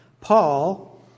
Paul